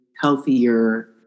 healthier